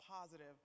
positive